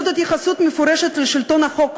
זאת התייחסות מפורשת לשלטון החוק,